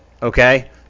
Okay